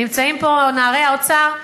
נמצאים פה נערי האוצר,